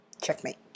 Checkmate